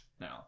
now